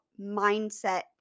mindset